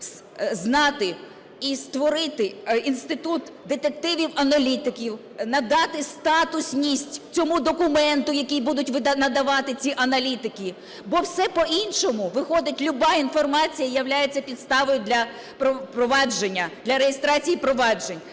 знати і створити інститут детективів-аналітиків, надати статусність цьому документу, який будуть надавати ці аналітики. Бо все по-іншому виходить, люба інформація являється підставою для провадження,